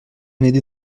n’était